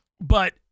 but-